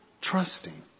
trusting